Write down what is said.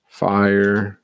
fire